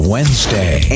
Wednesday